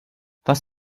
was